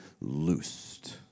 loosed